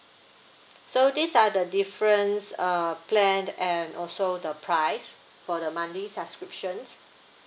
so these are the difference uh plan and also the price for the monthly subscriptions